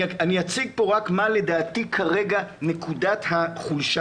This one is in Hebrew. אני אציג פה מה לדעתי כרגע נקודת החולשה